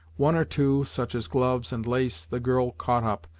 one or two, such as gloves, and lace, the girl caught up,